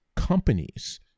companies